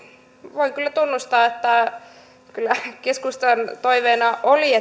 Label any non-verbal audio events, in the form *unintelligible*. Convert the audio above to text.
voin kyllä tunnustaa että kyllä keskustan toiveena oli *unintelligible*